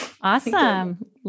Awesome